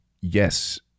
yes